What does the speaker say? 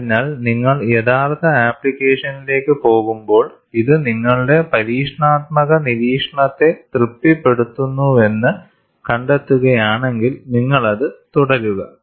അതിനാൽ നിങ്ങൾ യഥാർത്ഥ ആപ്ലിക്കേഷനിലേക്ക് പോകുമ്പോൾ ഇത് നിങ്ങളുടെ പരീക്ഷണാത്മക നിരീക്ഷണത്തെ തൃപ്തിപ്പെടുത്തുന്നുവെന്ന് കണ്ടെത്തുകയാണെങ്കിൽ നിങ്ങൾ അത് തുടരുക